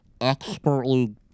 expertly